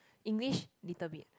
English little bit